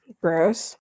gross